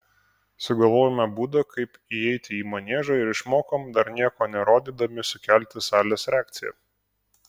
sugalvojome būdą kaip įeiti į maniežą ir išmokom dar nieko nerodydami sukelti salės reakciją